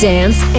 Dance